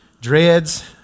dreads